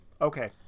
Okay